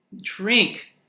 Drink